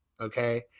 okay